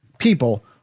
people